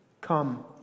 Come